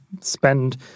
spend